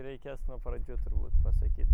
reikės nuo pradžių turbūt pasakyt